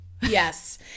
yes